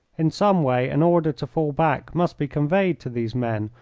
in some way an order to fall back must be conveyed to these men,